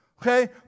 Okay